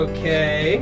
Okay